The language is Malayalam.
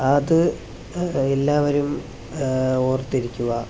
ആത് എല്ലാവരും ഓർത്തിരിക്കുക